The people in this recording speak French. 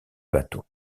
bateau